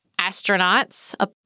astronauts